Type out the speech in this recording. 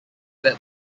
that